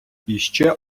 іще